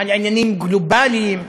על עניינים גלובליים,